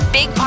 Big